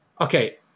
okay